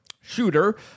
shooter